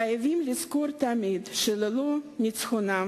חייבים לזכור תמיד שללא ניצחונם